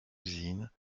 usine